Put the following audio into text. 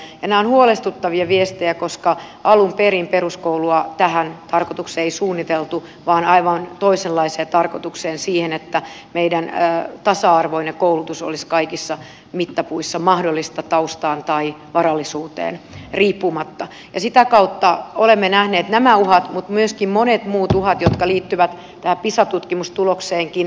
nämä ovat huolestuttavia viestejä koska alun perin peruskoulua ei suunniteltu tähän tarkoitukseen vaan aivan toisenlaiseen tarkoitukseen siihen että meidän tasa arvoinen koulutus olisi kaikissa mittapuissa mahdollista taustaan tai varallisuuteen riippumatta ja sitä kautta olemme nähneet nämä uhat mutta myöskin monet muut uhat jotka liittyvät tähän pisa tutkimustulokseenkin